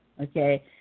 okay